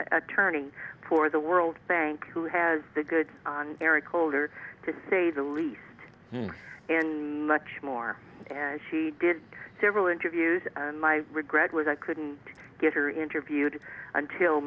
attorney for the world bank who has the goods on eric holder to say the least much more she did several interviews and my regret was i couldn't get her interviewed until